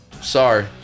Sorry